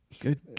Good